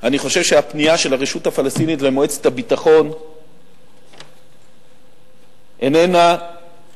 אני חושב שהפנייה של הרשות הפלסטינית אל מועצת הביטחון אינה לגיטימית,